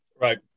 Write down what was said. Right